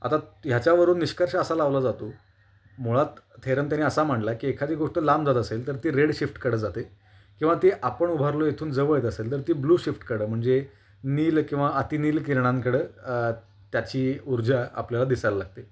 आता ह्याच्यावरून निष्कर्ष असा लावला जातो मुळात थेरम त्यांनी असा मांडला आहे की एखादी गोष्ट लांब जात असेल तर ती रेड शिफ्टकडं जाते किंवा ती आपण उभा राहिलो इथून जवळ येत असेल तर ती ब्लू शिफ्ट कडं म्हणजे नील किंवा अतिनील किरणांकडं त्याची उर्जा आपल्याला दिसायला लागते